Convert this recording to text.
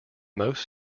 most